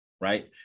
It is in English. right